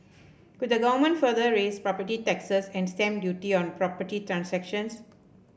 could the Government further raise property taxes and stamp duty on property transactions